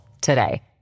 today